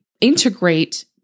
integrate